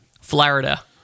Florida